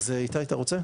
איתי, אתה רוצה?